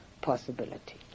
possibility